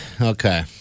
Okay